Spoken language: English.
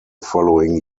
following